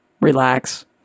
relax